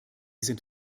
sind